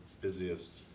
busiest